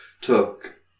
took